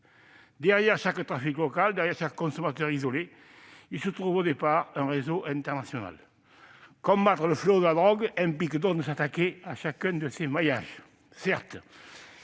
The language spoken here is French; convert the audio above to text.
Derrière chaque trafic local, derrière chaque consommateur isolé se trouve au départ un réseau international. Combattre le fléau de la drogue implique donc de s'attaquer à chacun de ses maillages.